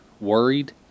worried